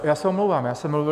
Já se omlouvám, já jsem mluvil...